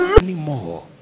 Anymore